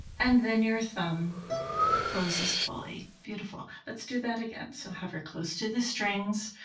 and then your thumb closes fully. beautiful! let's do that again. so hover close to the strings.